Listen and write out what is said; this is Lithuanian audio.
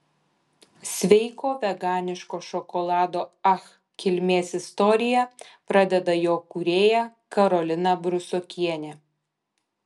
sveiko veganiško šokolado ach kilmės istoriją pradeda jo kūrėja karolina brusokienė